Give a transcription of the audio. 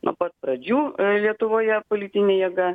nuo pat pradžių lietuvoje politinė jėga